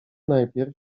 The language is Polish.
najpierw